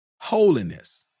holiness